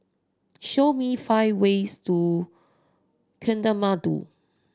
show me five ways to Kathmandu